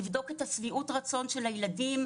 לבדוק את שביעות הרצון של הילדים,